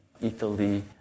Italy